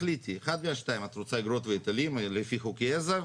תחליטי אחד מן השניים: את רוצה אגרות והיטלים לפי חוקי עזר?